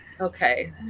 okay